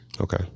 Okay